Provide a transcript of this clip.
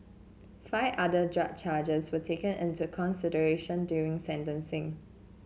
five other drug charges were taken into consideration during sentencing